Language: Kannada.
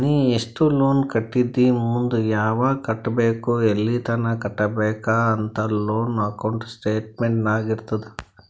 ನೀ ಎಸ್ಟ್ ಲೋನ್ ಕಟ್ಟಿದಿ ಮುಂದ್ ಯಾವಗ್ ಕಟ್ಟಬೇಕ್ ಎಲ್ಲಿತನ ಕಟ್ಟಬೇಕ ಅಂತ್ ಲೋನ್ ಅಕೌಂಟ್ ಸ್ಟೇಟ್ಮೆಂಟ್ ನಾಗ್ ಇರ್ತುದ್